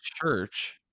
church